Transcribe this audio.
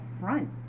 front